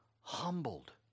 humbled